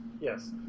Yes